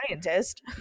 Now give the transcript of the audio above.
scientist